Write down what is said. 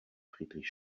friedrich